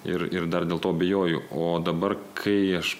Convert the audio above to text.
ir ir dar dėl to abejoju o dabar kai aš